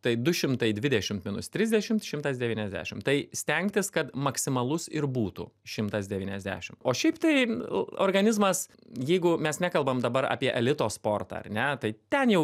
tai du šimtai dvidešimt minus trisdešimt šimtas devyniasdešimt tai stengtis kad maksimalus ir būtų šimtas devyniasdešimt o šiaip tai organizmas jeigu mes nekalbam dabar apie elito sportą ar ne tai ten jau